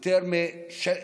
יותר מכמה שנים,